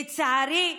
לצערי,